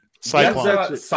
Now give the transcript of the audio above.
Cyclone